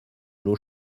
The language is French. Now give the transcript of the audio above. l’eau